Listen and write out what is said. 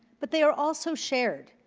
but they are also shared.